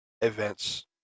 events